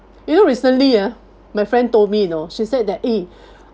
you know recently ah my friend told me you know she said that eh